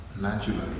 naturally